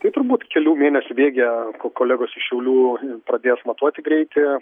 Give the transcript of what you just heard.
tai turbūt kelių mėnesių bėgyje ko kolegos iš šiaulių pradės matuoti greitį